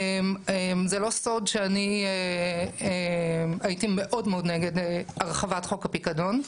זה לא סוד שאני הייתי מאוד מאוד נגד הרחבת חוק הפיקדון.